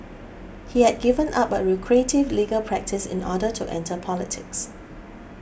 he had given up a lucrative legal practice in order to enter politics